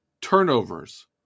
Turnovers